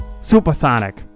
supersonic